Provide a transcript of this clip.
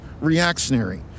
reactionary